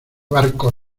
barco